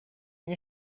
این